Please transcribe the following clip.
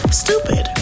stupid